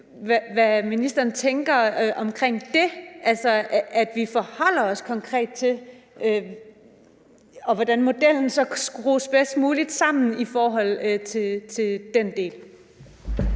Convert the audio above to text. hvad ministeren tænker om det? Altså hvordan forholder vi os konkret til det, og hvordan skrues modellen så bedst muligt sammen i forhold til den del?